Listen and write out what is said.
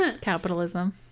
capitalism